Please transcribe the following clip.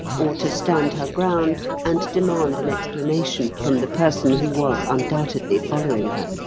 or to stand her ground and demand an explanation from the person who was undoubtedly following her.